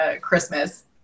christmas